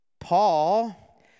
Paul